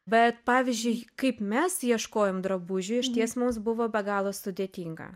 bet pavyzdžiui kaip mes ieškojom drabužių išties mums buvo be galo sudėtinga